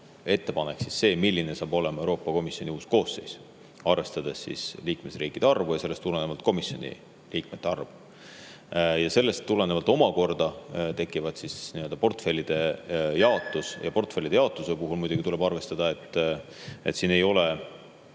ettepanek see, milline saab olema Euroopa Komisjoni uus koosseis, arvestades liikmesriikide arvu ja sellest tulenevalt komisjoni liikmete arvu. Sellest omakorda tekib portfellide jaotus. Portfellide jaotuse puhul tuleb muidugi arvestada, et hetkel ei ole